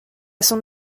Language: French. son